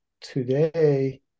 today